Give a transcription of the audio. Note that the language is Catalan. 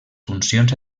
funcions